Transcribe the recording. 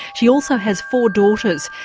she also has four daughters,